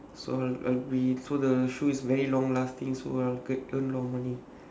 so I'll be so the shoe is very long-lasting so I can earn a lot of money